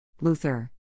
Luther